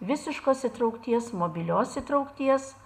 visiškos įtraukties mobilios įtraukties